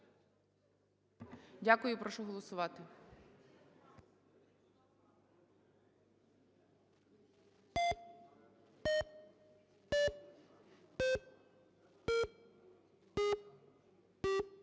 Дякую. Прошу голосувати.